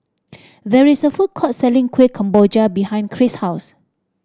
there is a food court selling Kueh Kemboja behind Kris' house